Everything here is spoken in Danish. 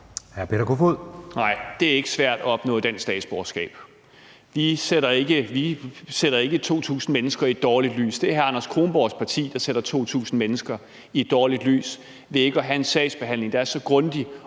Peter Kofod (DF): Nej, det er ikke svært at opnå dansk statsborgerskab. Vi sætter ikke 2.000 mennesker i et dårligt lys. Det er hr. Anders Kronborgs parti, der sætter 2.000 mennesker i et dårligt lys ved ikke at have en sagsbehandling, der er så grundig,